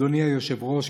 אדוני היושב-ראש,